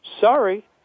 sorry